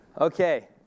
Okay